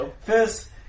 First